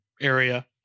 area